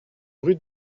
rue